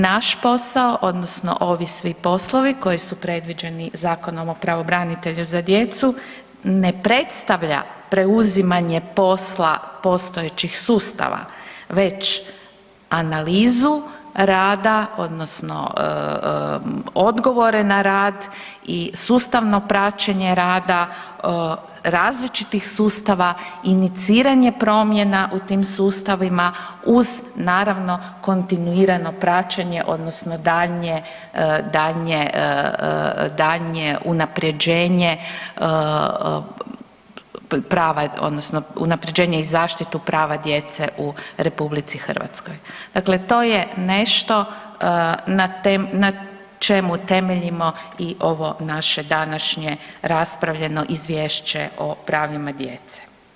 Naš posao odnosno ovi svi poslovi koji su predviđeni Zakonom o pravobranitelju za djecu ne predstavlja preuzimanje posla postojećih sustava već analizu rada odnosno odgovore na rad i sustavno praćenje rada različitih sustava, iniciranje promjena u tim sustavima uz naravno kontinuirano praćenje odnosno daljnje unapređenje prava odnosno unapređenje i zaštitu prava djece u RH, dakle to je nešto na čemu temeljimo i ovo naše današnje raspravljeno izvješće o pravima djece.